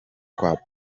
kwa